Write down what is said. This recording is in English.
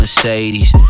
Mercedes